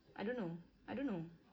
I don't know I don't know